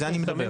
על זה אני מדבר.